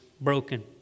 broken